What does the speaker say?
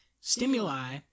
stimuli